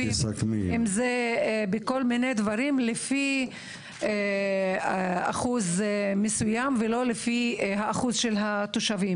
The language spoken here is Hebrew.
אם זה בכל מיני דברים לפי אחוז מסוים ולא לפי האחוז של התושבים.